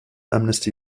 amnesty